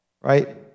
right